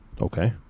Okay